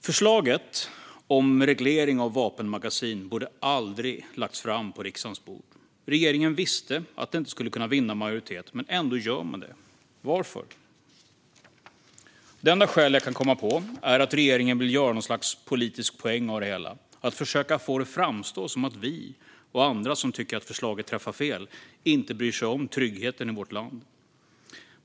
Förslaget om reglering av vapenmagasin borde aldrig ha lagts fram på riksdagens bord. Regeringen visste att det inte skulle kunna vinna majoritet, men ändå gjorde man det. Varför? Det enda skäl jag kan komma på är att regeringen vill göra något slags politisk poäng av det hela. Man försöker få det att framstå som att vi och andra som tycker att förslaget träffar fel inte bryr oss om tryggheten i vårt land.